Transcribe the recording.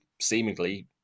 seemingly